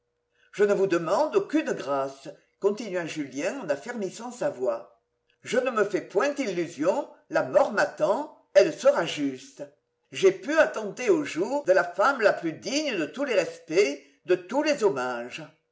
je ne vous demande aucune grâce continua julien en affermissant sa voix je ne me fais point illusion la mort m'attend elle sera juste j'ai pu attenter aux jours de la femme la plus digne de tous les respects de tous les hommages